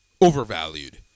overvalued